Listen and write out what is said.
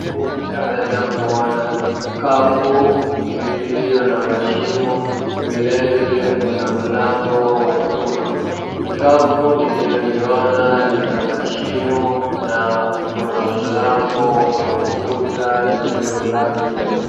Huku ninaweza kuona kikapu lililo na mashimo, vilevile kuna mlango wa chuma. Kikapu nililoliona lina mashimo na kuna mlango, kuna ukuta lililo na rangi.